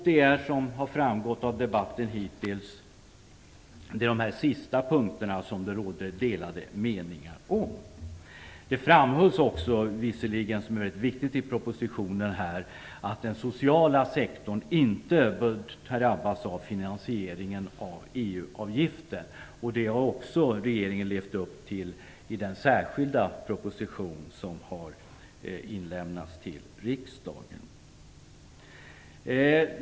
Som har framgått av debatten hittills råder delade meningar om de sista punkterna. Det framhålls också i propositionen, vilket är viktigt, att den sociala sektorn inte bör drabbas av finansieringen av EU-avgiften. Det har också regeringen levt upp till i den särskilda proposition som har inlämnats till riksdagen.